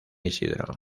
isidro